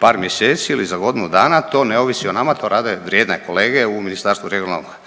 par mjeseci ili za godinu dana, to ne ovisi o nama, to rade vrijedne kolege u Ministarstvu regionalnog